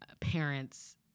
parents –